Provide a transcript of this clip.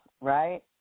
right